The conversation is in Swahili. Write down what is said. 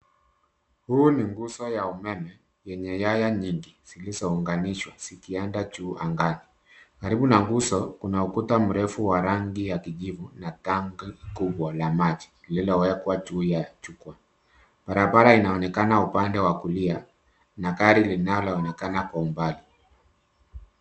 Huu ni nguzo ya umeme yenye nyaya nyingi zilizounganishwa zikienda juu angani. Karibu na nguzo kuna ukuta mrefu wa rangi ya kijivu na tanki kubwa la maji lilillowekwa juu ya jukwaa. Barabara inaonekana upande wa kulia na gari linaloonekana kwa umbali.